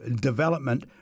Development